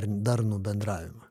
darnų bendravimą